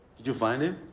did you find him?